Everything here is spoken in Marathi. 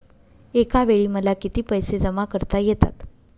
एकावेळी मला किती पैसे जमा करता येतात?